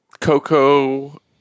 Coco